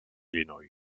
illinois